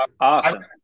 Awesome